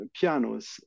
pianos